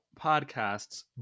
Podcasts